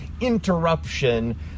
interruption